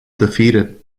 defeated